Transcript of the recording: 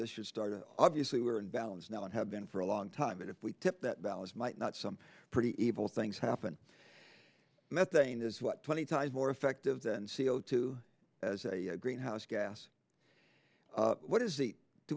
this should start obviously we're in balance now and have been for a long time and if we tipped that balance might not some pretty evil things happen methane is what twenty times more effective than c o two as a greenhouse gas what is the do